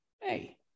hey